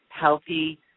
healthy